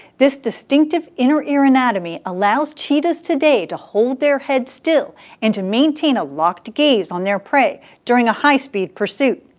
this distinctive inner ear anatomy allows cheetahs today to hold their head still and to maintain a locked gaze on their prey during a high-speed pursuit.